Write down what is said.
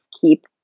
keep